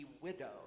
widow